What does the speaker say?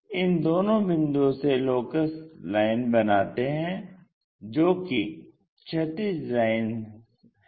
इन दोनों बिंदुओं से लोकस लाइन बनाते हैं जो कि क्षैतिज लाइन्स हैं